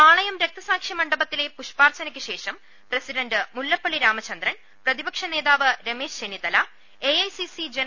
പാളയം രക്തസാക്ഷി മണ്ഡപത്തിലെ പുഷ്പാർച്ചനക്ക് ശേഷം പ്രസിഡന്റ് മുല്ലപ്പള്ളി രാമചന്ദ്രൻ പ്രതിപക്ഷനേതാവ് രമേശ് ചെന്നി ത്തല എഐസിസി ജന